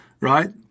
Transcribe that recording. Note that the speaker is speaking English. right